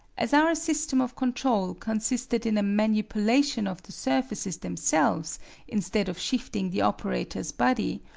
as our system of control consisted in a manipulation of the surfaces themselves instead of shifting the operator's body,